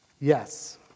Yes